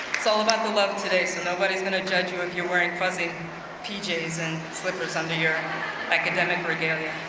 it's all about the love today, so nobody's gonna judge you if you're wearing fuzzy pjs and slippers under your academic regalia.